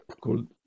called